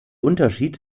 unterschied